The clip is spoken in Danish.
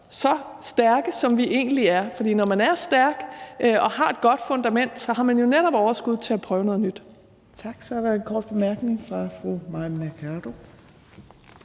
så stærke, som vi egentlig er. For når man er stærk og har et godt fundament, har man jo netop overskud til at prøve noget nyt.